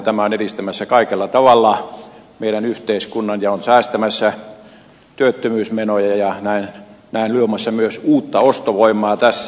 tämä on edistämässä kaikella tavalla meidän yhteiskuntaamme ja on säästämässä työttömyysmenoja ja näin luomassa myös uutta ostovoimaa tässä